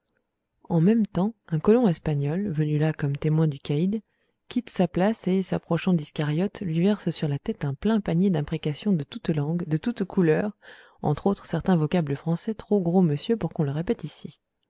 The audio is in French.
en même temps un colon espagnol venu là comme témoin du caïd quitte sa place et s'approchant d'iscariote lui verse sur la tête un plein panier d'imprécations de toutes langues de toutes couleurs entre autres certain vocable français trop gros monsieur pour qu'on le répète ici